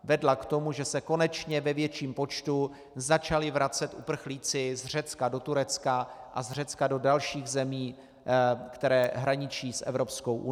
Vedla k tomu, že se konečně ve větším počtu začali vracet uprchlíci z Řecka do Turecka a z Řecka do dalších zemí, které hraničí s Evropskou unií.